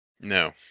No